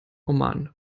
oman